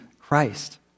Christ